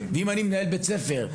אז כמנהל בית ספר,